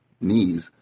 knees